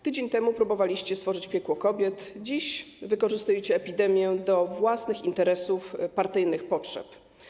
Tydzień temu próbowaliście stworzyć piekło kobiet, dziś wykorzystujecie epidemię do własnych interesów, partyjnych potrzeb.